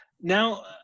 now